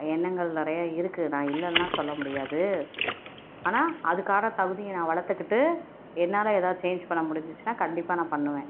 எண்ணங்கள் நிறையா இருக்குது நான் இல்லைன்னுலாம் சொல்லமுடியாது ஆனால் அதுக்கான தகுதியும் நான் வளர்த்துக்கிட்டு என்னால் எதாவது சேஞ்ச் பண்ண முடிஞ்சுச்சின்னா கண்டிப்பாக நான் பண்ணுவேன்